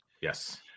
Yes